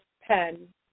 pen